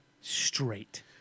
straight